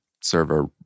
server